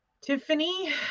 Tiffany